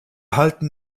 halten